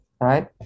right